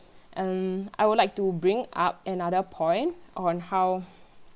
um I would like to bring up another point on how